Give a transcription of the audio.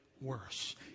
worse